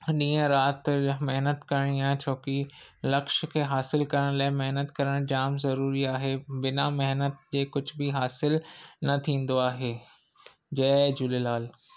ॾींहं राति महिनत करिणी आहे छो की लक्ष्य खे हासिलु करण लाइ महिनत करणु जामु ज़रूरी आहे बिना महिनत जे कुझु बि हासिलु न थींदो आहे जय झूलेलाल